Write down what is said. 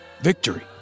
victory